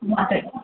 ಮಾತಾಡಿ